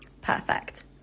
Perfect